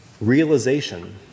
realization